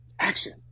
Action